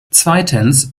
zweitens